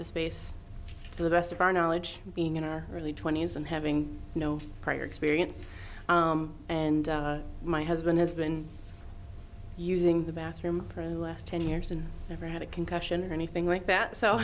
the space to the best of our knowledge being in our early twenty's and having no prior experience and my husband has been using the bathroom for the last ten years and never had a concussion or anything like that so